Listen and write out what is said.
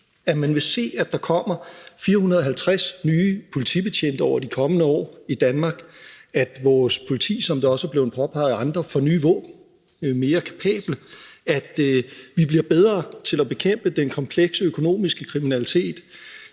Man vil se, at der kommer 450 nye politibetjente over de kommende år i Danmark; at vores politi, som det også er blevet påpeget af andre, får nye våben og bliver mere kapable; at vi bliver bedre til at bekæmpe den komplekse økonomiske kriminalitet;